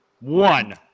One